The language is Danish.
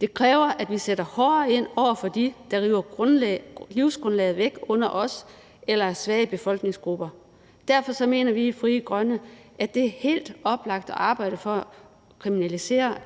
Det kræver, at vi sætter hårdere ind over for dem, der river livsgrundlaget væk under os eller svage befolkningsgrupper. Derfor mener vi i Frie Grønne, at det er helt oplagt at arbejde for at kriminalisere